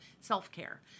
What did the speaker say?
self-care